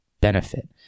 benefit